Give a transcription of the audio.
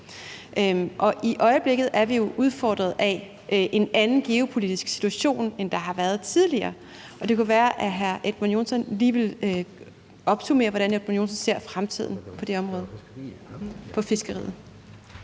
Og i øjeblikket er vi jo udfordret af en anden geopolitisk situation, end der har været tidligere, og det kunne være, at hr. Edmund Joensen lige ville opsummere, hvordan hr. Edmund Joensen ser på fremtiden på det område, altså i